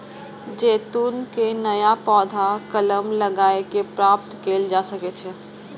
जैतून के नया पौधा कलम लगाए कें प्राप्त कैल जा सकै छै